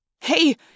Hey